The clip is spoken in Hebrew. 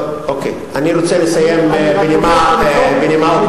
טוב, אני רוצה לסיים בנימה אופטימית.